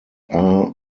are